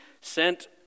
sent